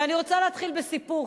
ואני רוצה להתחיל בסיפור,